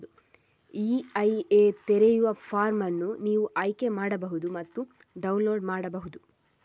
EIA ತೆರೆಯುವ form ಅನ್ನು ನೀವು ಆಯ್ಕೆ ಮಾಡಬಹುದು ಮತ್ತು ಡೌನ್ಲೋಡ್ ಮಾಡಬಹುದು